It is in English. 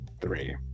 three